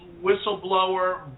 whistleblower